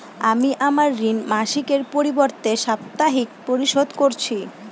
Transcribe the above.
আমি আমার ঋণ মাসিকের পরিবর্তে সাপ্তাহিক পরিশোধ করছি